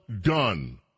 done